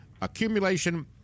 accumulation